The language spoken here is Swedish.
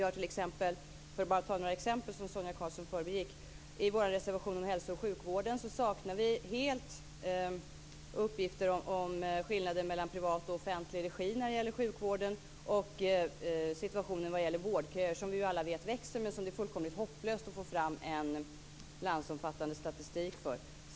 För att bara ta några exempel som Sonia Karlsson förbigick tar vi i vår reservation om hälso och sjukvården upp att vi helt saknar uppgifter om skillnaden mellan privat och offentlig regi när det gäller sjukvården och situationen när det gäller vårdköer. Vi vet alla att de växer, men det är fullkomligt hopplöst att få fram en landsomfattande statistik över detta.